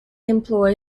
employ